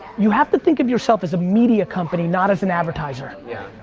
you have to think of yourself as a media company not as an advertiser. yeah